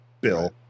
Bill